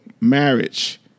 marriage